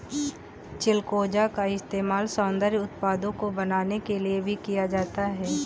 चिलगोजा का इस्तेमाल सौन्दर्य उत्पादों को बनाने के लिए भी किया जाता है